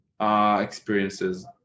experiences